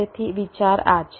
તેથી વિચાર આ છે